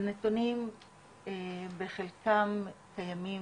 הנתונים בחלקם קיימים,